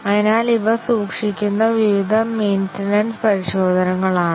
അതിനാൽ ഇവ സൂക്ഷിക്കുന്ന വിവിധ മെയിന്റനൻസ് പരിശോധനകളാണ്